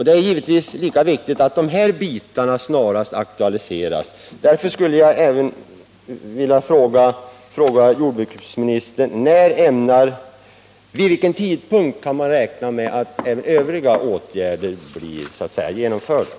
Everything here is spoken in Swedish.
Det är som sagt lika viktigt att också dessa förslag snarast möjligt aktualiseras, och jag vill därför fråga jordbruksministern: Vid vilken tidpunkt kan man räkna med att övriga föreslagna åtgärder blir genomförda?